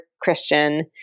Christian